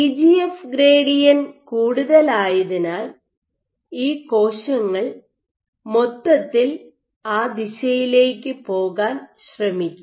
E GF gradient കൂടുതലായതിനാൽ ഈ കോശങ്ങൾ മൊത്തത്തിൽ ആ ദിശയിലേക്ക് പോകാൻ ശ്രമിക്കും